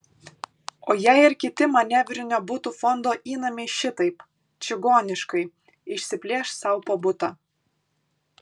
o jei ir kiti manevrinio butų fondo įnamiai šitaip čigoniškai išsiplėš sau po butą